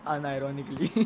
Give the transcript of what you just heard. Unironically